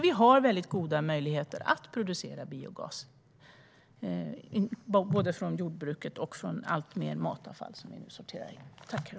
Vi har väldigt goda möjligheter att producera biogas, både från jordbruket och från allt mer matavfall som vi nu sorterar.